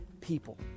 people